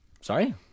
Sorry